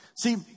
See